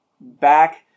Back